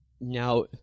Now